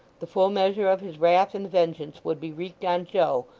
the full measure of his wrath and vengeance would be wreaked on joe,